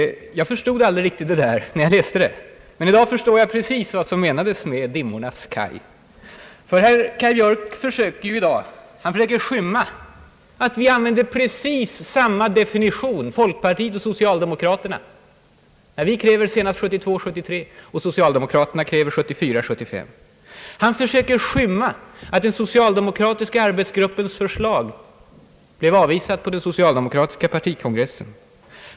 Jag förstod aldrig riktigt detta, när jag läste det. Men i dag förstår jag precis vad som menades med »Dimmornas Kaj». Ty herr Kaj Björk försöker i dag att skymma det faktum att folkpartiet och socialdemokraterna använder precis samma definition av procentmål i relation till nationalprodukt. När vi kräver att målet skall vara uppnått senast 1972 75. Han försöker skymma att den socialdemokratiska arbetsgruppens förslag blev avvisat på den socialdemokratiska partikongressen.